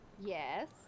Yes